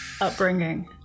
upbringing